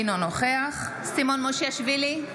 אינו נוכח סימון מושיאשוילי,